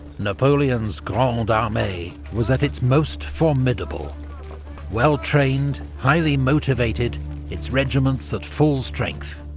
napoleon's grande armee was at its most formidable well trained, highly motivated its regiments at full strength.